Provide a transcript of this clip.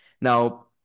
Now